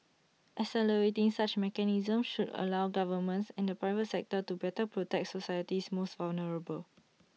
accelerating such mechanisms should allow governments and the private sector to better protect society's most vulnerable